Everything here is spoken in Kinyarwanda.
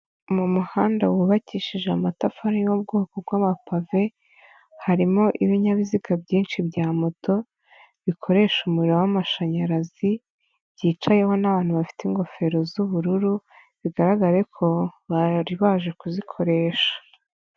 Mu muhanda wubakishije amatafari y'ubwoko bw'amapave, harimo ibinyabiziga byinshi bya moto, bikoresha umuriro w'amashanyarazi, byicayeho n'abantu bafite ingofero z'ubururu, bigaragare ko bari baje kuzikoresha.